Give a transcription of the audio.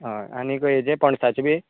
हय आनी हेजे पणसाचे बी